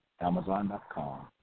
Amazon.com